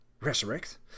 resurrect